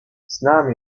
znam